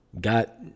Got